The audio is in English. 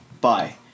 Bye